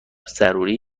ضروری